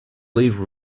leave